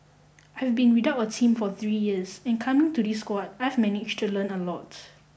I've been without a team for three years and coming to this squad I've managed to learn a lot